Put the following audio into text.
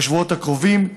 בשבועות הקרובים,